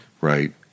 right